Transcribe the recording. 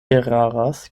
eraras